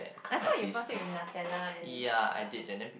I thought you brought it with Nutella and like stuff